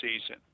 season